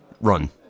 run